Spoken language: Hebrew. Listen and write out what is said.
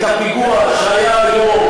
את הפיגוע שהיה היום,